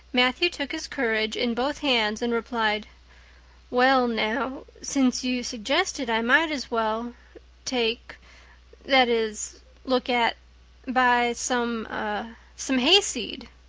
matthew took his courage in both hands and replied well now, since you suggest it, i might as well take that is look at buy some some hayseed.